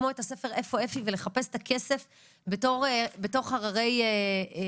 כמו את הספר "איפה אפי?" ולחפש את הכסף בתוך הררי נושאים.